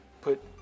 put